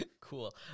Cool